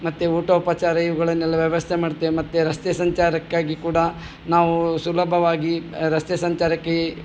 ಮತ್ತು ಊಟೋಪಚಾರ ಇವುಗಳನ್ನೆಲ್ಲ ವ್ಯವಸ್ಥೆ ಮಾಡ್ತೇವೆ ಮತ್ತೆ ರಸ್ತೆ ಸಂಚಾರಕ್ಕಾಗಿ ಕೂಡ ನಾವು ಸುಲಭವಾಗಿ ರಸ್ತೆ ಸಂಚಾರಕ್ಕೆ